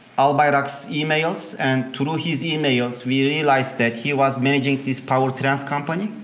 albayrak's emails and through his emails we realized that he was managing this power trans company.